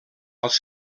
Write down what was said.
als